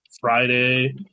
Friday